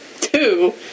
two